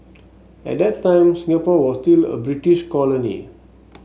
at that time Singapore was still a British colony